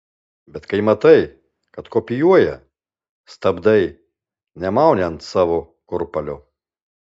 bet kai matai kad kopijuoja stabdai nemauni ant savo kurpalio